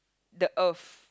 the earth